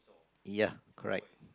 ya correct